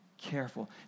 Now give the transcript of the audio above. careful